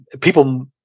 people